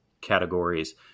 categories